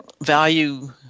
value